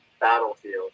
Battlefield